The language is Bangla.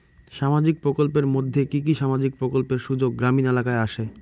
সামাজিক প্রকল্পের মধ্যে কি কি সামাজিক প্রকল্পের সুযোগ গ্রামীণ এলাকায় আসে?